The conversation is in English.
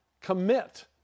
Commit